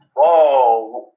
Whoa